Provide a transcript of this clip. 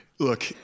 Look